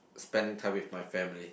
spending time with my family